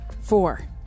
Four